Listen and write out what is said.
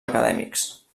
acadèmics